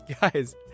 Guys